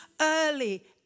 early